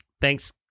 Thanks